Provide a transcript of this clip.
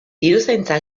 diruzaintza